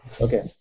okay